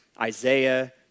Isaiah